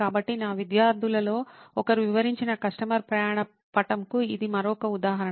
కాబట్టి నా విద్యార్థులలో ఒకరు వివరించిన కస్టమర్ ప్రయాణ పటంకు ఇది మరొక ఉదాహరణ